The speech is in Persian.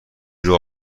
روی